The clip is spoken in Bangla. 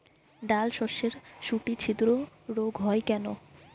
ডালশস্যর শুটি ছিদ্র রোগ হয় কেন?